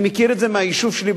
אני מכיר את זה מהיישוב שלי,